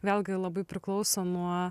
vėlgi labai priklauso nuo